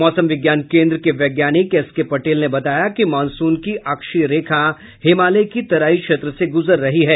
मौसम विज्ञान केन्द्र के वैज्ञानिक एसके पटेल ने बताया कि मॉनसून की अक्षीय रेखा हिमालय की तराई क्षेत्र से गुजर रही है